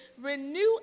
renew